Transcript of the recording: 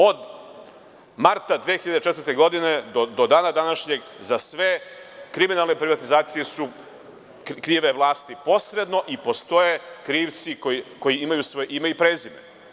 Od marta 2004. godine do dana današnjeg za sve kriminalne privatizacije su krive vlasti posredno i postoje krivci koji imaju svoje ime i prezime.